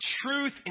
truth